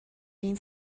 این